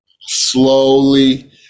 slowly